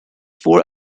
four